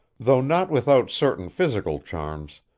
though not without certain physical charms,